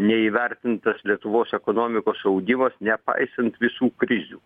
neįvertintas lietuvos ekonomikos augimas nepaisant visų krizių